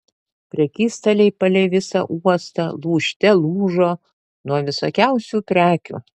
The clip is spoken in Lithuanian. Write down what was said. prekystaliai palei visą uostą lūžte lūžo nuo visokiausių prekių